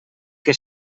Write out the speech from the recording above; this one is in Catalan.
que